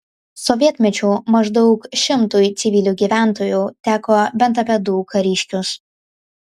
sovietmečiu maždaug šimtui civilių gyventojų teko bent apie du kariškius